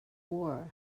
war